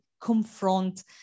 confront